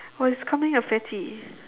or becoming a fatty